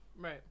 Right